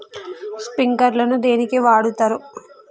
Sprinkler ను దేనికి వాడుతరు?